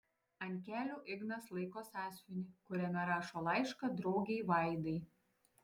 ant kelių ignas laiko sąsiuvinį kuriame rašo laišką draugei vaidai